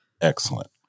Excellent